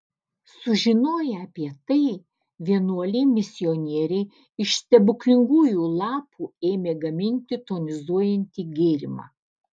sužinoję apie tai vienuoliai misionieriai iš stebuklingųjų lapų ėmė gaminti tonizuojantį gėrimą